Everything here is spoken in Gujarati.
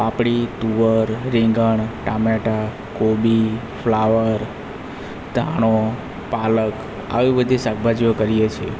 આપણી તુવેર રીંગણ ટામેટાં કોબી ફ્લાવર ધાણો પાલક આવી બધી શાકભાજીઓ કરીએ છીએ